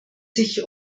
sich